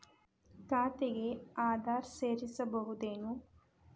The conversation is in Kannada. ಖಾತೆಗೆ ಆಧಾರ್ ಸೇರಿಸಬಹುದೇನೂ?